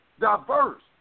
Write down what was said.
diverse